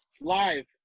Live